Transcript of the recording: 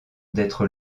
d’être